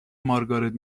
مارگارت